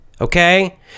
okay